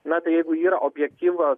na tai jeigu yra objektyvios